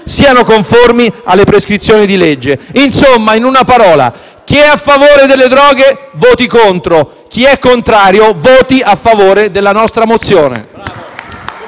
siano conformi alle prescrizioni di legge. Insomma, in una parola: chi è a favore delle droghe voti contro; chi è contrario voti a favore della nostra mozione.